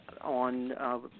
on